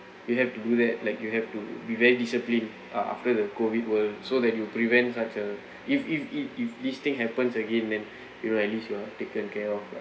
you have to do that like you have to be very disciplined uh after the COVID world so that you prevent such a if if it if this thing happens again then you know like at least you're taken care of